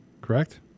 correct